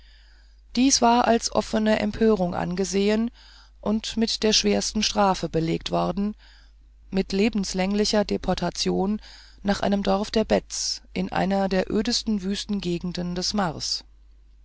dies war als offene empörung angesehen und mit der schwersten strafe belegt worden mit lebenslänglicher deportation nach einem dorf der beds in einer der ödesten wüstengegenden des mars